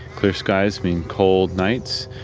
clear skies mean cold nights,